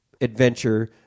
adventure